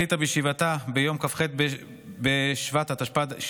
ועדת הכנסת החליטה בישיבתה ביום כ"ח בשבט התשפ"ד,